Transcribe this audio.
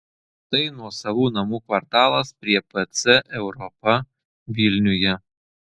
tai nuosavų namų kvartalas prie pc europa vilniuje